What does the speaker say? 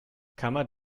kammer